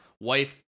wife